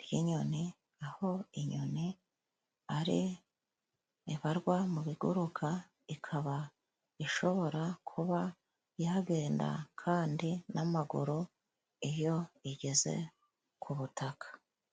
ry'inyoni, aho inyoni ari ibarwa mu biguruka ikaba ishobora kuba yagenda kandi n'amaguru iyo igeze k'ubutaka.